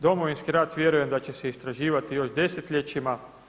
Domovinski rat vjerujem da će se istraživati još desetljećima.